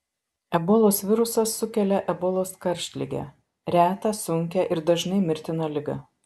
ebolos virusas sukelia ebolos karštligę retą sunkią ir dažnai mirtiną ligą